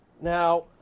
Now